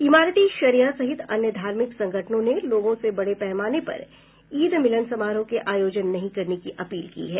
इमारते शरिया सहित अन्य धार्मिक संगठनों ने लोगों से बड़े पैमाने पर ईद मिलन समारोह के आयोजन नहीं करने की अपील की है